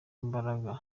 imbaraga